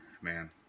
Man